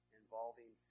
involving